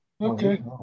Okay